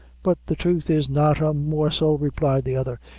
but the truth is not a morsel, replied the other,